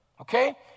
Okay